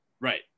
Right